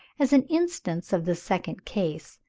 as an instance of the second case,